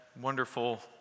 wonderful